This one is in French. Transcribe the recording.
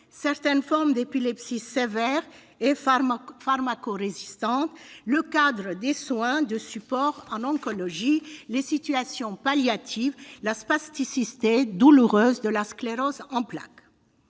certaines formes d'épilepsie sévères et pharmacorésistantes, le cadre des soins de support en oncologie, les situations palliatives et la spasticité douloureuse de la sclérose en plaques.